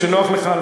וכשנוח לך,